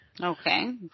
Okay